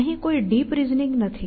અહીં કોઈ deep reasoning નથી